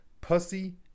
Pussy